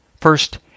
First